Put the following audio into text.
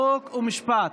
חוק ומשפט.